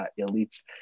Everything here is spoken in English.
elites